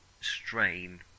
strain